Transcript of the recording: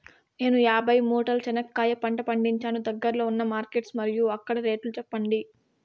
నేను యాభై మూటల చెనక్కాయ పంట పండించాను దగ్గర్లో ఉన్న మార్కెట్స్ మరియు అక్కడ రేట్లు చెప్పండి?